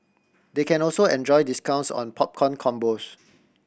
they can also enjoy discounts on popcorn combos